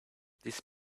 this